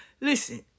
Listen